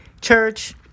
church